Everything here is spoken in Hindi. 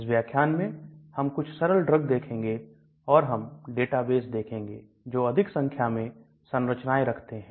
इस व्याख्यान में हम कुछ सरल ड्रग देखेंगे और हम डेटाबेस देखेंगे जो अधिक संख्या में संरचनाएं रखते हैं